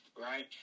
Right